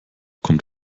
kommt